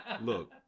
Look